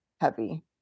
heavy